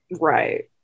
right